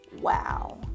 Wow